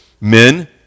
men